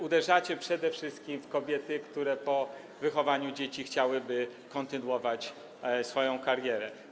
Uderzacie przede wszystkim w kobiety, które po wychowaniu dzieci chciałyby kontynuować swoją karierę.